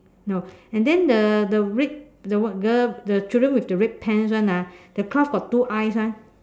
no and then the the red the one the the children with the red pants [one] ah the cloth got two eyes ah